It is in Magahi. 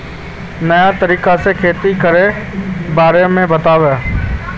नया तरीका से खेती के बारे में बताऊं?